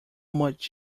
much